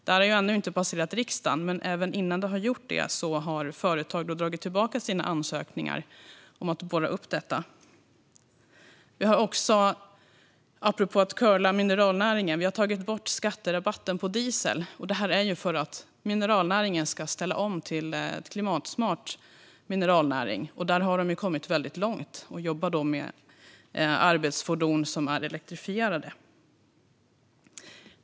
Detta har ännu inte passerat riksdagen, men även innan det gjort det har företag dragit tillbaka sina ansökningar om att få göra sådana borrningar. Apropå att curla mineralnäringen har vi också tagit bort skatterabatten på diesel, detta för att mineralnäringen ska ställa om och bli klimatsmart. Där har man kommit väldigt långt och jobbar nu med arbetsfordon som är elektrifierade.